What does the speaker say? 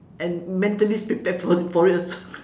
and mentally prepared for for it also